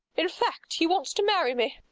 in fact he wants to marry me.